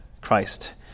Christ